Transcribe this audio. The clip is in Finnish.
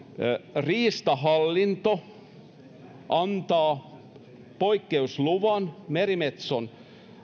riistahallinto antaa poikkeusluvan merimetson